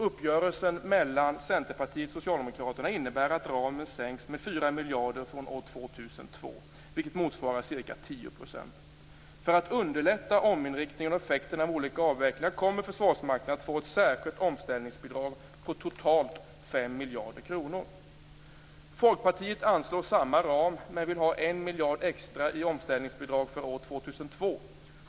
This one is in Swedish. Uppgörelsen mellan Centerpartiet och Socialdemokraterna innebär att ramen sänks med 4 miljarder från år 2002, vilket motsvarar ca 10 %. För att underlätta ominriktningen och effekterna av olika avvecklingar, kommer Försvarsmakten att få ett särskilt omställningsbidrag på totalt 5 miljarder kronor. Folkpartiet anslår samma ram, men vill ha 1 miljard kronor extra i omställningsbidrag för år 2002.